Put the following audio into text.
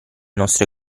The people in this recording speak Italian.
nostre